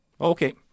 Okay